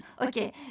Okay